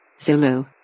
Zulu